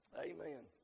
Amen